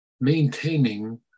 maintaining